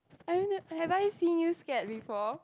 I don't know have I seen you scare before